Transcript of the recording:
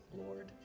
Lord